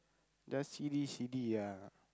the C_D C_D ah